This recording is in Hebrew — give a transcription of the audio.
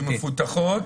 הן מפותחות